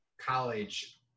College